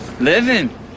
living